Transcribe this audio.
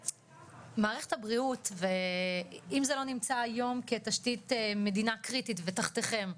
מערכת הבריאות ואם זה לא נמצא היום כתשתית מדינה קריטית ותחתיכם,